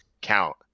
count